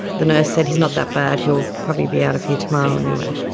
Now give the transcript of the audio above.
the nurse said, he's not that bad. he'll probably be out of here tomorrow anyway.